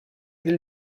del